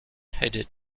headed